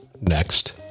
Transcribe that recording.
next